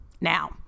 now